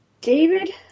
David